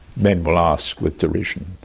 men will ask with derision.